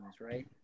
right